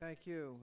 thank you